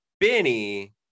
Benny